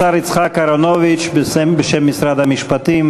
השר יצחק אהרונוביץ בשם משרד המשפטים.